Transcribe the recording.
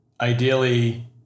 ideally